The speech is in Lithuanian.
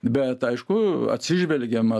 bet aišku atsižvelgiama